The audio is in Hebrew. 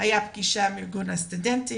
הייתה פגישה עם ארגון הסטודנטים,